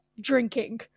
drinking